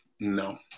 No